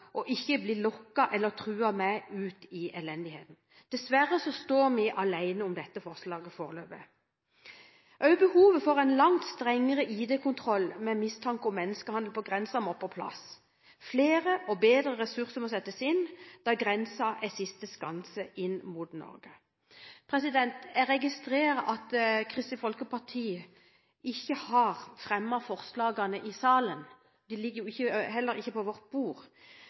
ikke blir lokket eller truet med ut i elendigheten. Dessverre står vi alene om dette forslaget foreløpig. Også behovet for en langt strengere ID-kontroll ved grensen ved mistanke om menneskehandel må på plass. Flere og bedre ressurser må settes inn, da grensen er siste skanse inn mot Norge. Jeg registrerer at Kristelig Folkeparti ikke har fremmet forslagene i salen. De ligger heller ikke på vårt bord.